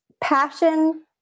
Passion